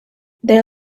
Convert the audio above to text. they